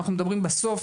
אנחנו מדברים בסוף